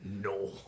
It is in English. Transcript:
no